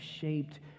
shaped